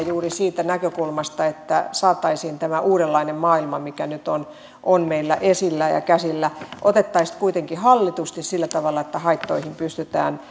juuri siitä näkökulmasta että saataisiin tämä uudenlainen maailma mikä nyt on on meillä esillä ja käsillä otettaisiin kuitenkin hallitusti sillä tavalla että haitat pystytään